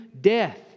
death